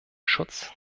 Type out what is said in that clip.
schutz